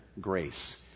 Grace